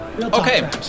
Okay